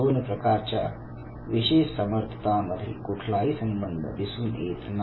दोन प्रकारच्या विशेष समर्थतामध्ये कुठलाही संबंध दिसून येत नाही